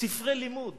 ספרי לימוד